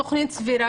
גם אם התכנית סבירה,